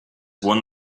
one